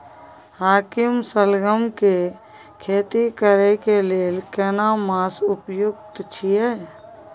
हाकीम सलगम के खेती करय के लेल केना मास उपयुक्त छियै?